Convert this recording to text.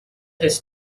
his